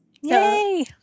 Yay